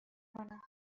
کنم